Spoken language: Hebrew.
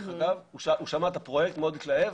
אם אתה מסתכל על הגרוסו מודו יקבלו בשכר המלא,